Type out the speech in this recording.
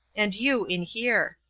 and you in here.